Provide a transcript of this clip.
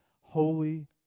Holy